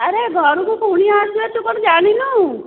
ଆରେ ଘରକୁ କୁଣିଆ ଆସିବେ ତୁ କ'ଣ ଜାଣିନୁ